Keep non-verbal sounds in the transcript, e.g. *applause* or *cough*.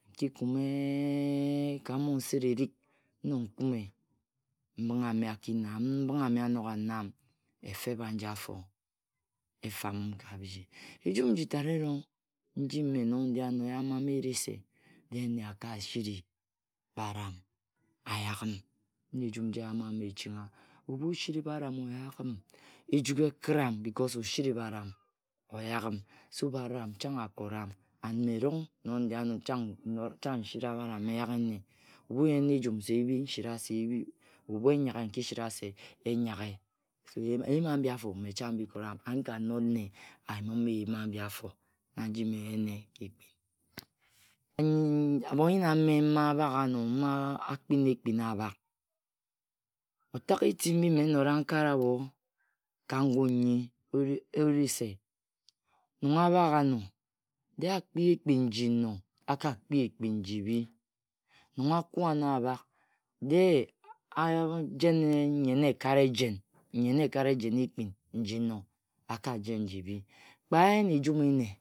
Nki kume-eka monset erig. nnog nkume mbinghe ame aki-naan mbinghe ame anog-anam. efep ajiafo efam ka bhiji. Ejum nji tat erong nji mme, nong ndi-ano eyamm eri se, de nne aka-siri bharam ayagm. Na ejum nji eyamam echingha. Ebhu aziri bharam oyagm. ejugi ekhiram becuase *unintelligible* osiri bharam oyagm so *unintelligible* bharam chang akoram, and *unintelligible* mme erong nong ndi ano, chang nora, chang nsira bharam nyaghe nne. Ebhu nyen ejum ne ebhi. nsi-ra se ebhi, ebhu enyaghe. nki sira se enyaghe. Eyim abhi-afo me chang bikoram. and *unintelligible* nka not nne ayium eyim ambi-afo me chang bhikoram and *unintelligible* nka not nne ayimm eyim abiafo na nji mme nyene ka ekpin. khi abhon-nyen ame, mma abagano. mma akpina-ekpin abhak, Otageti mbi mme nnosa nkare abho ka ngun nnyi ri se. nong abhag-amo, de akpi ekhm nji no, aka kpi ekhin nyibhi. Nong akua ano abhak de ajen nyen ekat ejen nyen ekat ejen ekpin nji nor akajen nji-bhi, kpe ayene ejum nne kpe eyene ejun inne.